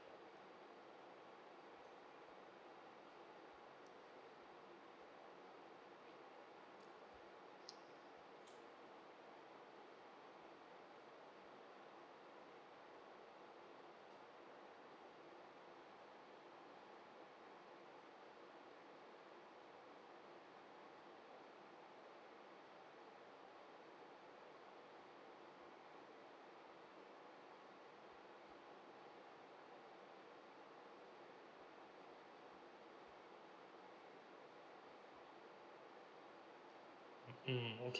mm okay